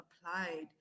applied